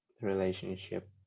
relationship